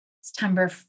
September